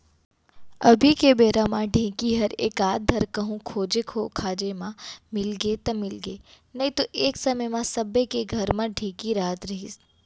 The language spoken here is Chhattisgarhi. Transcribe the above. अभी के बेरा म ढेंकी हर एकाध धर कहूँ खोजे खाजे म मिलगे त मिलगे नइतो एक समे म सबे के घर म ढेंकी रहत रहिस